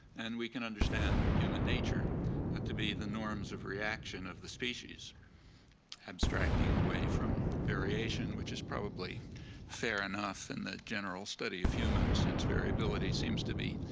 and we can understand human nature to be the norms of reaction of the species abstracting away from variation, which is probably fair enough in the general study of humans since variability seems to be